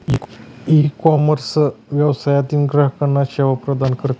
ecommerce व्यवसायातील ग्राहकांना सेवा प्रदान करते